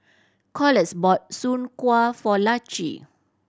Corliss bought soon kway for Laci